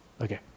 Okay